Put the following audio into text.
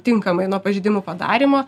tinkamai nuo pažeidimų padarymo